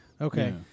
Okay